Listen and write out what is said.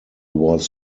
was